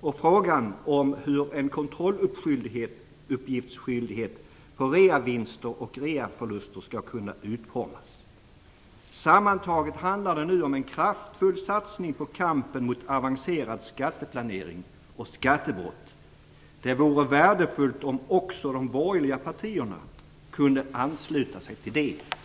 och frågan om hur en kontrolluppgiftsskyldighet för reavinster och reaförluster skall kunna utformas. Sammantaget handlar det nu om en kraftfull satsning på kampen mot avancerad skatteplanering och skattebrott. Det vore värdefullt om också de borgerliga partierna kunde ansluta sig till detta.